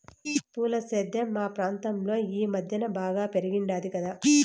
పూల సేద్యం మా ప్రాంతంలో ఈ మద్దెన బాగా పెరిగుండాది కదా